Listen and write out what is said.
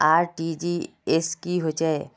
RTGS की होचए?